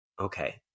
okay